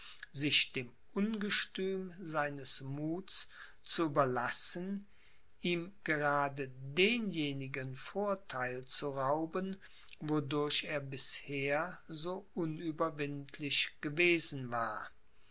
sich dem ungestüm seines muths zu überlassen ihm gerade denjenigen vortheil zu rauben wodurch er bisher so unüberwindlich gewesen war